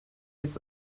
jetzt